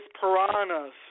piranhas